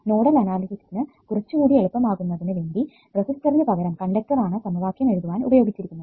nodal അനാലിസിസിനു കുറച്ചുകൂടി എളുപ്പമാകുന്നതിനു വേണ്ടി റെസിസ്റ്ററിനു പകരം കണ്ടക്ടർ ആണ് സമവാക്യം എഴുതുവാൻ ഉപയോഗിച്ചിരിക്കുന്നത്